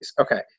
Okay